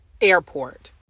airport